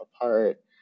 apart